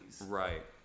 right